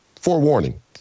Forewarning